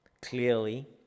clearly